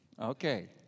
Okay